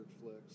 flicks